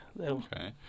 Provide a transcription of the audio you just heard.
Okay